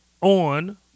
on